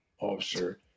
officer